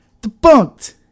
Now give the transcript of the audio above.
Debunked